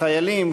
חיילים,